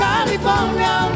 California